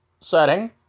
setting